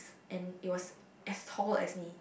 and it was as tall as me